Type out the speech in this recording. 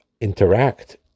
interact